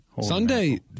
Sunday